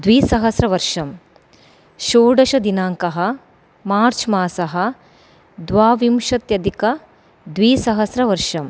द्विसहस्रवर्षं षोडशदिनाङ्कः मार्च् मासः द्वाविंशत्यधिकद्विसहस्रवर्षं